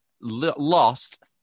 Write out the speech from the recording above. lost